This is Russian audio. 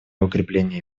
укрепления